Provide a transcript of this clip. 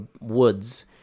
woods